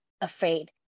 afraid